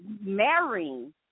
marrying